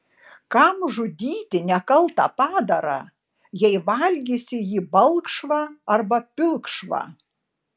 kam žudyti nekaltą padarą jei valgysi jį balkšvą arba pilkšvą